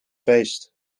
feest